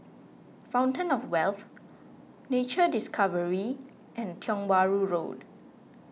Fountain of Wealth Nature Discovery and Tiong Bahru Road